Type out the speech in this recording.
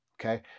okay